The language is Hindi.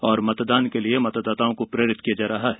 और मतदान के लिए मतदाता को प्रेरित किया जा रहा है